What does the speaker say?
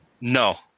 No